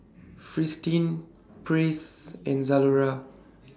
Fristine Praise and Zalora